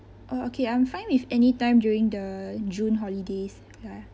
oh okay I'm fine with anytime during the june holidays ya